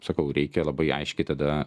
sakau reikia labai aiškiai tada